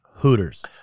Hooters